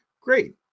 great